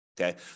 Okay